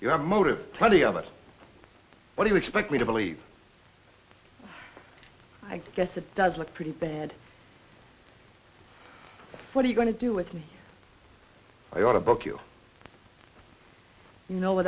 a motive plenty of it what do you expect me to believe i guess it does look pretty bad what are you going to do with me i want to book you know what